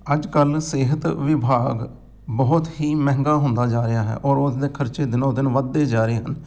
ਅੱਜ ਕੱਲ੍ਹ ਸਿਹਤ ਵਿਭਾਗ ਬਹੁਤ ਹੀ ਮਹਿੰਗਾ ਹੁੰਦਾ ਜਾ ਰਿਹਾ ਹੈ ਔਰ ਉਸ ਦੇ ਖਰਚੇ ਦਿਨੋਂ ਦਿਨ ਵਧਦੇ ਜਾ ਰਹੇ ਹਨ